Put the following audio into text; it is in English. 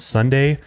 Sunday